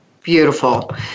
Beautiful